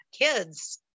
kids